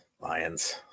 lions